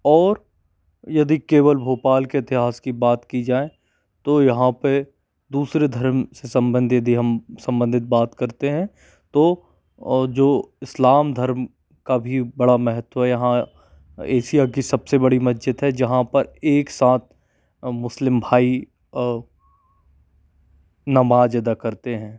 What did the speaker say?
और यदि केवल भोपाल के इतिहास की बात की जाए तो यहाँ पे दूसरे धर्म से सम्बंध यदि हम सम्बंधित बात करते हैं तो जो इस्लाम धर्म का भी बड़ा महत्व है यहाँ एसिया की सबसे बड़ी मस्जिद है जहाँ पर एक साथ मुस्लिम भाई नमाज़ अदा करते हैं